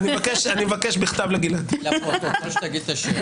כי לגבי הריבית את כן רוצה שזה יהיה מהמועד הנכון.